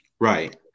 Right